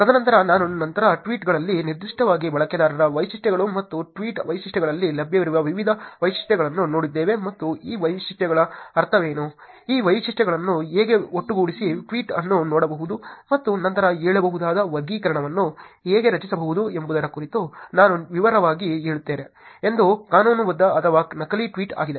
ತದನಂತರ ನಾವು ನಂತರ ಟ್ವೀಟ್ಗಳಲ್ಲಿ ನಿರ್ದಿಷ್ಟವಾಗಿ ಬಳಕೆದಾರರ ವೈಶಿಷ್ಟ್ಯಗಳು ಮತ್ತು ಟ್ವೀಟ್ ವೈಶಿಷ್ಟ್ಯಗಳಲ್ಲಿ ಲಭ್ಯವಿರುವ ವಿವಿಧ ವೈಶಿಷ್ಟ್ಯಗಳನ್ನು ನೋಡಿದ್ದೇವೆ ಮತ್ತು ಈ ವೈಶಿಷ್ಟ್ಯಗಳ ಅರ್ಥವೇನು ಈ ವೈಶಿಷ್ಟ್ಯಗಳನ್ನು ಹೇಗೆ ಒಟ್ಟುಗೂಡಿಸಿ ಟ್ವೀಟ್ ಅನ್ನು ನೋಡಬಹುದು ಮತ್ತು ನಂತರ ಹೇಳಬಹುದಾದ ವರ್ಗೀಕರಣವನ್ನು ಹೇಗೆ ರಚಿಸಬಹುದು ಎಂಬುದರ ಕುರಿತು ನಾವು ವಿವರವಾಗಿ ಹೇಳುತ್ತೇವೆ ಅದು ಕಾನೂನುಬದ್ಧ ಅಥವಾ ನಕಲಿ ಟ್ವೀಟ್ ಆಗಿದೆ